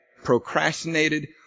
procrastinated